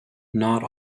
not